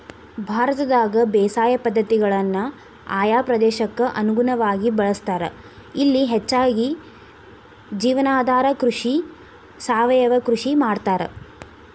ಭಾರತದಾಗ ಬೇಸಾಯ ಪದ್ಧತಿಗಳನ್ನ ಆಯಾ ಪ್ರದೇಶಕ್ಕ ಅನುಗುಣವಾಗಿ ಬಳಸ್ತಾರ, ಇಲ್ಲಿ ಹೆಚ್ಚಾಗಿ ಜೇವನಾಧಾರ ಕೃಷಿ, ಸಾವಯವ ಕೃಷಿ ಮಾಡ್ತಾರ